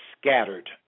scattered